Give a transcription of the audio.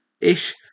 ish